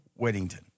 Weddington